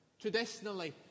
Traditionally